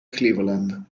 cleveland